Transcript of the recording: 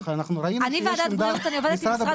אבל אנחנו ראינו שיש עמדה של משרד